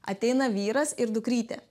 ateina vyras ir dukrytė